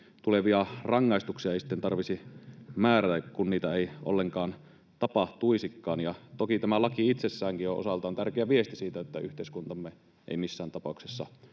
tulevia rangaistuksia ei sitten tarvitsi määrätä, kun niitä ei ollenkaan tapahtuisikaan. Toki tämä laki itsessäänkin on osaltaan tärkeä viesti siitä, että yhteiskuntamme ei missään tapauksessa